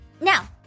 Now